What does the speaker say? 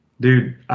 Dude